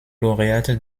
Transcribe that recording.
lauréate